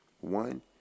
One